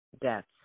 deaths